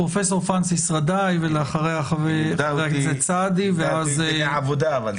שלום לכולם, תודה עבור ההזדמנות, זה